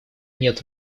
нет